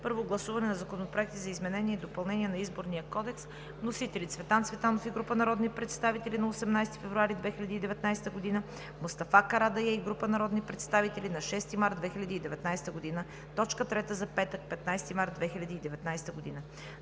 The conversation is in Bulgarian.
Първо гласуване на законопроекти за изменение и допълнение на Изборния кодекс. Вносители: Цветан Цветанов и група народни представители, 18 февруари 2019 г.; Мустафа Карадайъ и група народни представители, 6 март 2019 г. – точка трета за петък, 15 март 2019 г.